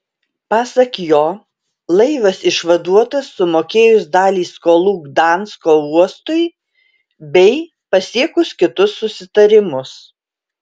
pasak jo laivas išvaduotas sumokėjus dalį skolų gdansko uostui bei pasiekus kitus susitarimus